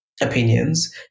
opinions